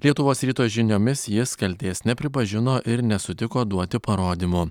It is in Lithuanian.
lietuvos ryto žiniomis jis kaltės nepripažino ir nesutiko duoti parodymų